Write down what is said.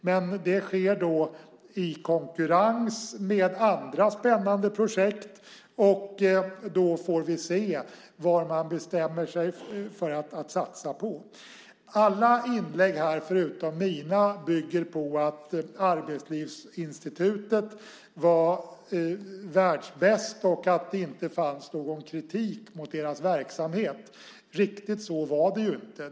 Men det sker i konkurrens med andra spännande projekt, och då får vi se vad man bestämmer sig för att satsa på. Alla inlägg här förutom mina bygger på att Arbetslivsinstitutet var världsbäst och att det inte fanns någon kritik mot deras verksamhet. Riktigt så var det inte.